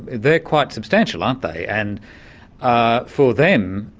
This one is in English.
they are quite substantial, aren't they. and ah for them,